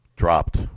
Dropped